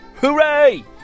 hooray